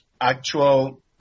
actual